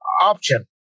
option